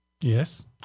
Yes